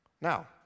Now